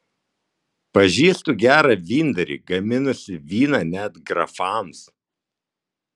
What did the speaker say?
pažįstu gerą vyndarį gaminusi vyną net grafams